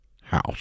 house